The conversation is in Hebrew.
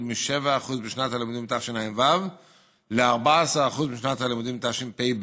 מ-7% בשנת הלימודים תשע"ו ל-14% בשנת הלימודים תשפ"ב.